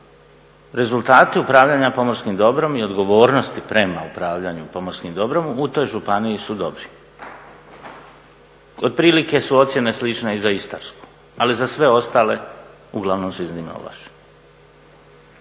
rezultati upravljanja pomorskim dobrom i odgovornost prema upravljanju pomorskim dobrom u toj županiji su dobri. Otprilike su ocjene slične i za Istarsku, ali za sve ostale uglavnom su iznimno loše.